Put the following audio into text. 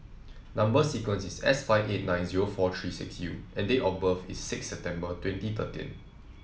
number sequence is S five eight nine zero four three six U and date of birth is six September twenty thirteen